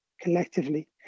collectively